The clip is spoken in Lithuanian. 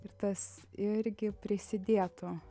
ir tas irgi prisidėtų